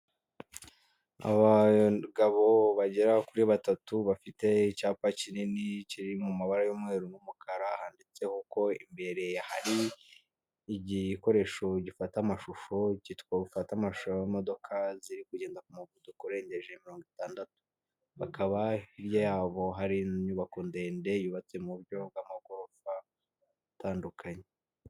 Abagabo bagera kuri batatu bafite icyapa kinini kiri mu mabara y'umweru n'umukara, handitseho ko imbere hari igikoresho gifata amashusho y'imodoka ziri kugenda ku muvuduko urengeje mirongo itandatu. Hakaba hirya yabo hari inyubako ndende yubatse mu buryo bw'amagorofa atandukanye.